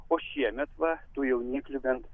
o šiemet va tų jauniklių bent